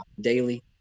daily